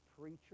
preacher